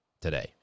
today